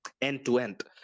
end-to-end